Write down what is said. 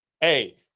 Hey